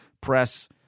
press